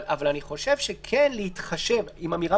אבל אני חושב שכן יש להוסיף אמירה